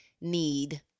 need